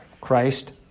Christ